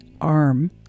arm